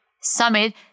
Summit